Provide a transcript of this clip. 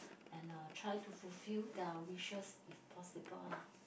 and uh try to fulfill their wishes if possible lah